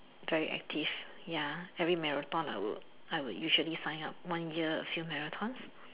very active ya every marathon I would I would usually sign up one year a few marathons